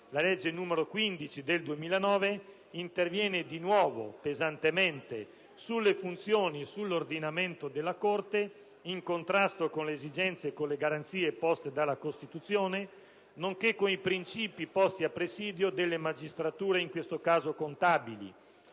la legge n. 15 del 2009, interviene di nuovo pesantemente sulle funzioni e sull'ordinamento della Corte, in contrasto con le esigenze e con le garanzie poste dalla Costituzione, nonché con i princìpi posti a presidio delle magistrature, in questo caso contabili,